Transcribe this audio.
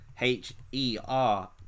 h-e-r